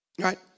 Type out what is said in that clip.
Right